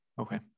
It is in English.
Okay